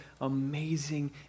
amazing